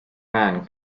man